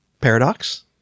paradox